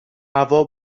هوا